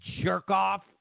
jerk-off